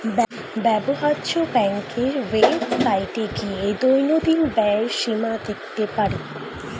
ব্যবহার্য ব্যাংকের ওয়েবসাইটে গিয়ে দৈনন্দিন ব্যয়ের সীমা দেখতে পারি